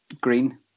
green